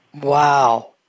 Wow